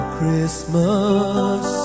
Christmas